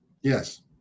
yes